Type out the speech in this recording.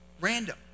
random